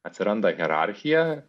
atsiranda hierarchija